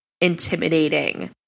intimidating